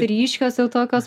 ryškios jau tokios